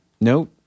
No